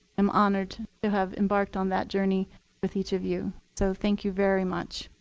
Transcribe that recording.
am honored to have embarked on that journey with each of you. so thank you very much.